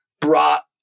brought